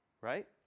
right